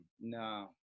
no